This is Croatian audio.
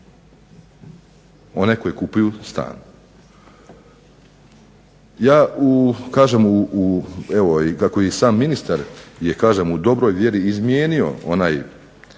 one koji kupuju stan. Ja kažem, evo kako i sam ministar je kažem u dobroj vjeri izmijenio onaj